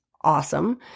awesome